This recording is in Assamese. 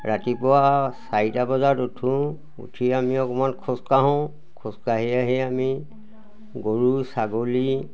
ৰাতিপুৱা চাৰিটা বজাত উঠোঁ উঠি আমি অকণমান খোজকাঢ়োঁ খোজকাঢ়ি আহি আমি গৰু ছাগলী